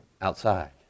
outside